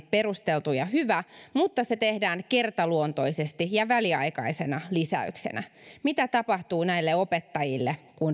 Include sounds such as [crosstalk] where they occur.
[unintelligible] perusteltu ja hyvä mutta se tehdään kertaluontoisesti ja väliaikaisena lisäyksenä mitä tapahtuu näille opettajille kun [unintelligible]